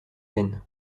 seine